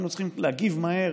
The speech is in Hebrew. היינו צריכים להגיב מהר,